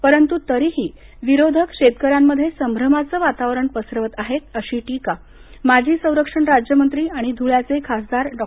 परंतु तरीही विरोधक शेतकऱ्यांमध्ये संभ्रममाचं वातावरण पसरवत आहेत अशी टिका माजी संरक्षण राज्यमंत्री आणि धुळ्याचे खासदार डॉ